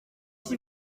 qui